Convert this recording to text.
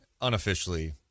unofficially